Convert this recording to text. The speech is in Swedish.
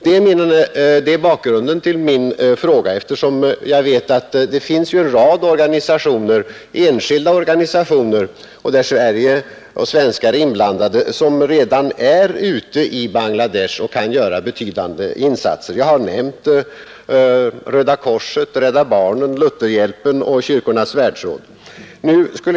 Det är bakgrunden till min fråga. Jag vet att det finns en rad enskilda organisationer, där Sverige och svenskar är inblandade, som redan är ute i Bangladesh och kan göra betydande insatser. Jag har nämnt Röda korset, Rädda barnen, Lutherhjälpen och Kyrkornas världsråd.